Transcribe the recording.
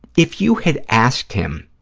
if you had asked him,